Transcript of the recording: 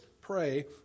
pray